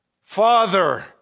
Father